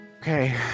Okay